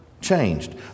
changed